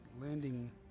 Landing